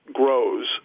grows